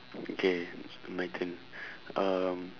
okay it's my turn um